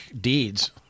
deeds